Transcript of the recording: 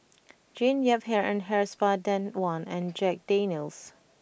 Jean Yip Hair and Hair Spa Danone and Jack Daniel's